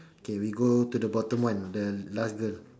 K we go to the bottom one the last girl